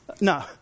No